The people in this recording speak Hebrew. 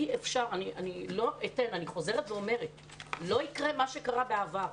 אני חוזרת ואומרת שלא יקרה מה שקרה בעבר.